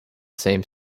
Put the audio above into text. same